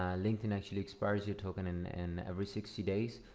linkedin actually expires you token in in every sixty days,